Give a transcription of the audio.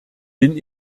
bin